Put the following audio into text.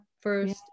first